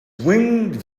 winged